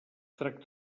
tracta